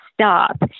stop